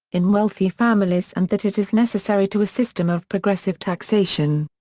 in wealthy families and that it is necessary to a system of progressive taxation.